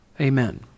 Amen